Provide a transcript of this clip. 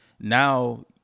Now